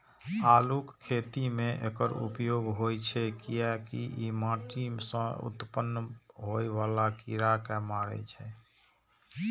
आलूक खेती मे एकर उपयोग होइ छै, कियैकि ई माटि सं उत्पन्न होइ बला कीड़ा कें मारै छै